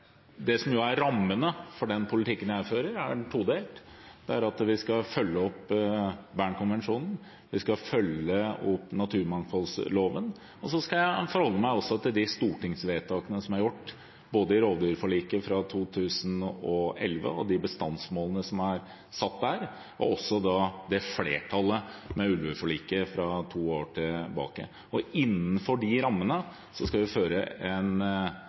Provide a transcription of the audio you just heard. er riktig. Rammen for politikken jeg fører, er todelt. Vi skal følge opp Bernkonvensjonen, vi skal følge opp naturmangfoldloven, og så skal jeg også forholde meg til de stortingsvedtakene som er gjort – både til rovdyrforliket fra 2011 og bestandsmålene som er satt der, og også til flertallet for ulveforliket to år tilbake. Innenfor de rammene skal vi føre en